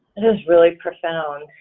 it is really profound,